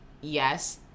yes